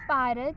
Bharat